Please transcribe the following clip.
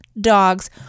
Dogs